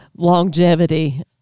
Longevity